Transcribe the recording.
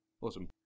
Awesome